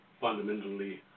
fundamentally